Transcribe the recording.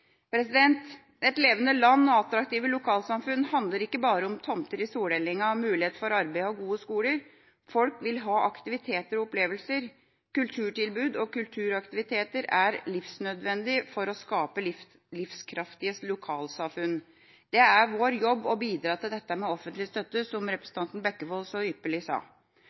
avstemning. Et levende land og attraktive lokalsamfunn handler ikke bare om tomter i solhellinga, mulighet for arbeid og gode skoler. Folk vil ha aktiviteter og opplevelser. Kulturtilbud og kulturaktiviteter er livsnødvendig for å skape livskraftige lokalsamfunn. Det er vår jobb å bidra til dette med offentlig støtte, som representanten Bekkevold så ypperlig sa.